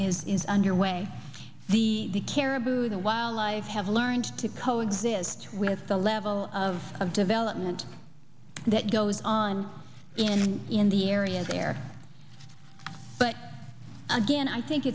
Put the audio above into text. is is underway the caribou the wildlife have learned to co exist with the level of development that goes on in in the area there but again i think